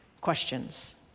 questions